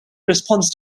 response